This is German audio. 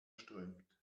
strömt